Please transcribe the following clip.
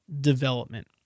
development